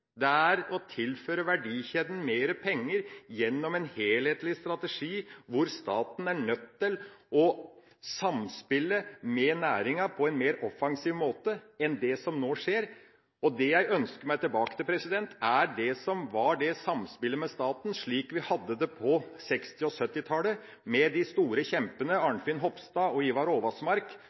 Det er å tilføre verdikjeden mer penger gjennom en helhetlig strategi hvor staten er nødt til å samspille med næringa på en mer offensiv måte enn det som nå skjer. Det jeg ønsker meg tilbake til, er samspillet med staten slik vi hadde det på 1960- og 1970-tallet, med de store kjempene Arnfinn Hofstad og Ivar